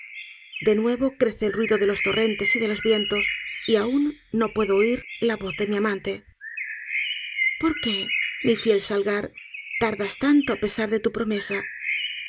de nuevo crece el ruido de los torrentes y de los vientos y aun no puedo oií la voz de mi amante por q u é mi fiel salgar tardas tanto ápesar de tu promesa